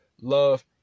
love